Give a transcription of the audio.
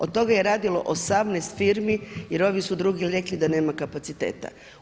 Od toga je radilo 18 firmi jer ovi su drugi rekli da nema kapaciteta.